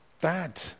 Dad